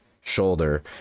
shoulder